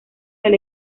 del